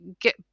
get